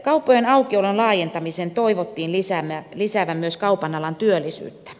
kauppojen aukiolon laajentamisen toivottiin lisäävän myös kaupan alan työllisyyttä